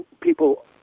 People